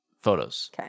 photos